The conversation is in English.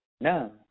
No